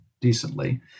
decently